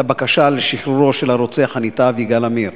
הבקשה לשחרורו של הרוצח הנתעב יגאל עמיר.